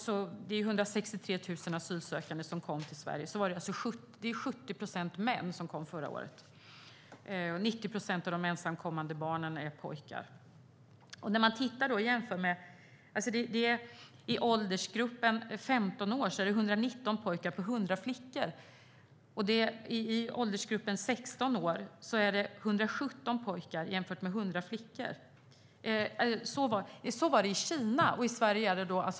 Av de 163 000 asylsökande som kom till Sverige förra året var 70 procent män. Av de ensamkommande barnen var 90 procent pojkar. I åldersgruppen 15 år var det 119 pojkar och 100 flickor som kom hit. I åldersgruppen 16 år var det 117 pojkar och 100 flickor. Dessa siffror kan jämföras med hur det är i Kina.